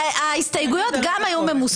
ההסתייגויות גם היו ממוספרות.